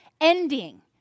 ending